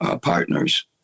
partners